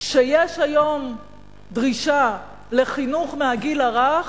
כשיש היום דרישה לחינוך מהגיל הרך,